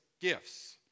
gifts